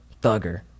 Thugger